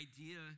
idea